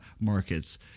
markets